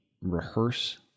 rehearse